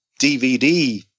dvd